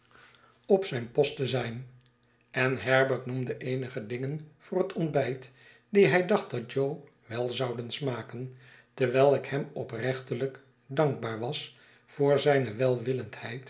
op zijn post te zijn en herbert noemde eenige dingen voor het ontbijt die hij dacht dat jo wel zouden smaken terwijl ik hem oprechtelyk dankbaar was voor zijne